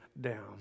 down